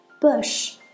bush